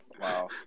Wow